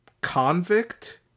convict